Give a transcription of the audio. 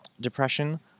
depression